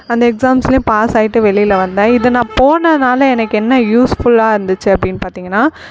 அந்த எக்ஸாம்ஸ்லேயும் பாஸ் ஆகிட்டு வெளியில் வந்தேன் இது நான் போனதுனால் எனக்கு என்ன யூஸ்ஃபுல்லாயிருந்துச்சு அப்படின்னு பார்த்தீங்கன்னா